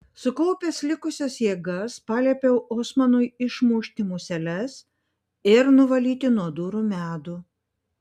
sukaupęs likusias jėgas paliepiau osmanui išmušti museles ir nuvalyti nuo durų medų